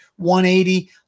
180